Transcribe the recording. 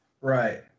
right